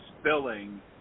spilling